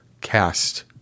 cast